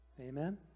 Amen